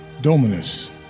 Dominus